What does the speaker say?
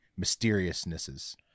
mysteriousnesses